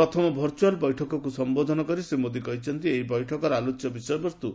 ପ୍ରଥମ ଭର୍ଚୁଆଲ ବୈଠକକୁ ସମ୍ବୋଧନ କରି ଶ୍ରୀ ମୋଦୀ କହିଛନ୍ତି ଏହି ବୈଠକର ଆଲୋଚ୍ୟ ବିଷୟବସ୍ତୁ